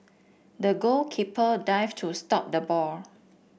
the goalkeeper dived to stop the ball